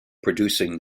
producing